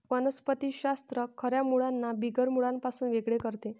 वनस्पति शास्त्र खऱ्या मुळांना बिगर मुळांपासून वेगळे करते